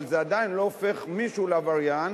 אבל זה עדיין לא הופך מישהו לעבריין,